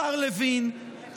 השר לוין,